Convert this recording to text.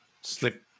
slip